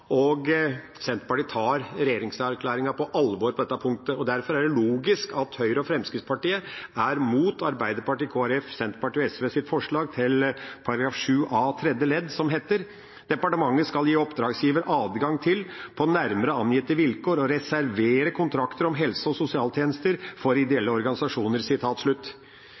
og Senterpartiet tar regjeringserklæringen på alvor på dette punktet. Derfor er det logisk at Høyre og Fremskrittspartiet er imot Arbeiderpartiet, Kristelig Folkeparti, Senterpartiet og SVs forslag til § 7a tredje ledd, som lyder: «Departementet skal gi oppdragsgivere adgang til på nærmere angitte vilkår å reservere kontrakter om helse- og sosialtjenester for ideelle organisasjoner.»